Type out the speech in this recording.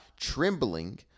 trembling